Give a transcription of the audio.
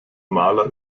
maler